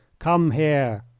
come here!